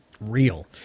real